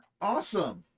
Awesome